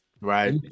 Right